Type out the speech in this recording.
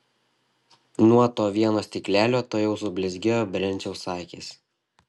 nuo to vieno stiklelio tuojau sublizgėjo brenciaus akys